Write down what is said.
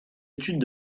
études